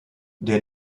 der